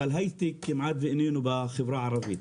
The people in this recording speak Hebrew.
אבל היי-טק כמעט איננו בחברה הערבית.